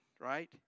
right